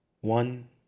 one